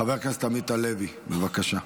חבר הכנסת עמית לוי, בבקשה.